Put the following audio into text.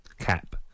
cap